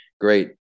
Great